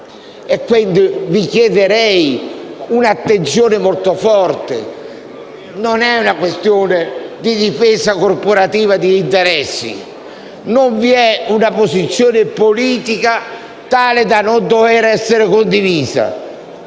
quindi, un'attenzione molto forte: non è una questione di difesa corporativa di interessi, non vi è una posizione politica tale da non dover essere condivisa.